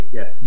Yes